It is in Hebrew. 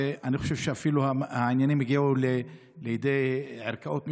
ואני חושב שהעניינים אפילו הגיעו לידי ערכאות משפטיות.